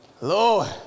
Lord